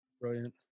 Brilliant